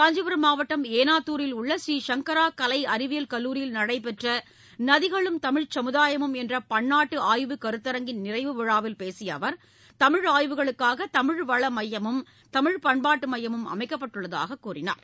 காஞ்சிபுரம் மாவட்டம் ஏனாத்தூரில் உள்ள புரீசங்கரா கலை அறிவியல் கல்லூரியில் நடைபெற்ற நதிகளும் தமிழ்ச் சமுதாயமும் என்ற பன்னாட்டு ஆய்வுக் கருத்தரங்கின் நிறைவு விழாவில் பேசிய அவர் தமிழ் ஆய்வுகளுக்காக தமிழ் வள மையமும் தமிழ் பண்பாட்டு மையமும் அமைக்கப்பட்டுள்ளதாக கூறினார்